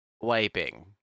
wiping